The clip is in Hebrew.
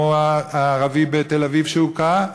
כמו הערבי בתל-אביב שהוכה,